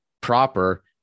proper